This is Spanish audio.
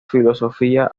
filosofía